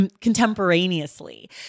Contemporaneously